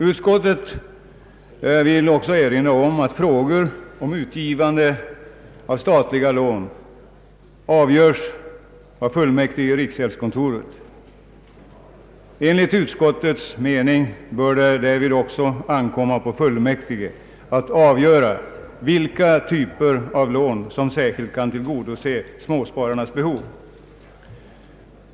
Utskottet vill även peka på att frågor om utgivande av statliga lån avgöres av fullmäktige i riksgäldskontoret. Enligt utskottets mening bör därvid också ankomma på fullmäktige att avgöra vilka typer av lån som särskilt kan tillgodose småspararnas behov.